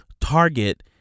target